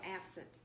absent